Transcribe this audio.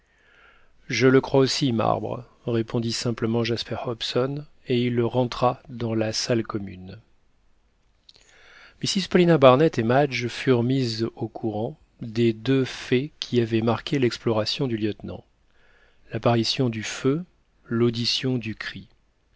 je le crois aussi marbre répondit simplement jasper hobson et il rentra dans la salle commune mrs paulina barnett et madge furent mises au courant des deux faits qui avaient marqué l'exploration du lieutenant l'apparition du feu l'audition du cri